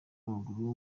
w’amaguru